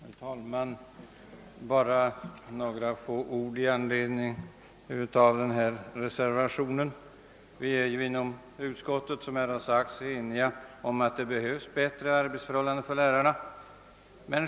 Herr talman! Bara några ord i anledning av den avgivna reservationen. Som redan framhållits har vi inom utskottet varit eniga om att lärarna behöver bättre arbetsförhållanden.